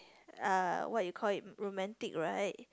uh what you call it romantic right